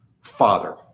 Father